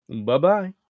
Bye-bye